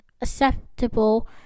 acceptable